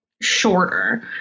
shorter